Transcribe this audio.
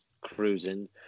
cruising